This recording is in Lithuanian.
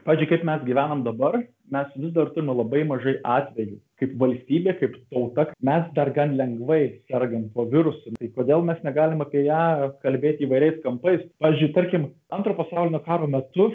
pavyzdžiui kaip mes gyvenam dabar mes vis dar turime labai mažai atvejų kaip valstybė kaip tauta mes dar gan lengvai sergam tuo virusu tai kodėl mes negalim apie ją kalbėti įvairiais kampais pavyzdžiui tarkim antro pasaulinio karo metu